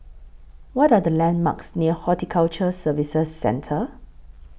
What Are The landmarks near Horticulture Services Centre